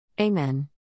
Amen